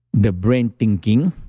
the brain thinking,